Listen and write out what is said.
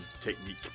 technique